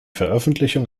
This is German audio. veröffentlichung